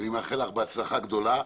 אני מאחל לך הצלחה גדולה.